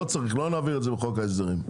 לא צריך, לא נעביר את זה בחוק ההסדרים.